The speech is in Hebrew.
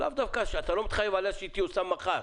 אתה לא מתחייב עליה שהיא תיושם מחר,